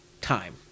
time